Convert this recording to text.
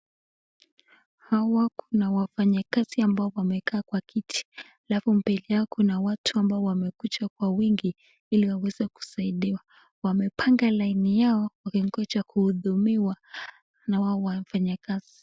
Hawa kuna wafanyikazi ambao wamekaa kwa viti, alafu mbele yao kuna watu wamekuja kwa wingi ili waweze kusaidiwa. Wamepanga laini yao ili waweze kuhudumiwa na hawa wafanyikazi.